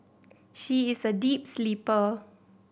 she is a deep sleeper